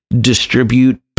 distribute